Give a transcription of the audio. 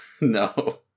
no